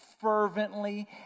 fervently